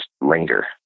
linger